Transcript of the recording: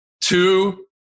Two